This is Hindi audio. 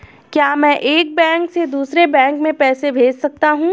क्या मैं एक बैंक से दूसरे बैंक में पैसे भेज सकता हूँ?